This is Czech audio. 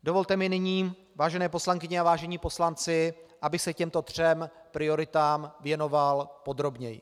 Dovolte mi nyní, vážené poslankyně a vážení poslanci, abych se těmto třem prioritám věnoval podrobněji.